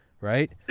right